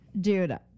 dude